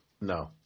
No